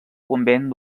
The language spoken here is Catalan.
convent